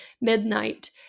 Midnight